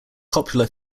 popular